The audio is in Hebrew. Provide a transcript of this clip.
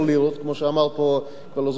כמו שאמר פה אני כבר לא זוכר מי,